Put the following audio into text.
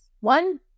One